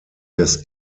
des